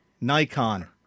Nikon